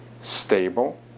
stable